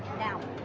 now.